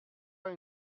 pas